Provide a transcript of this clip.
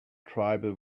tribal